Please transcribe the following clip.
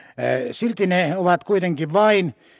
silti ne ovat kuitenkin vain